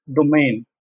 domain